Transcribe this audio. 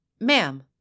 Ma'am